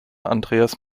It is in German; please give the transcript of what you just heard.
andreas